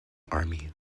army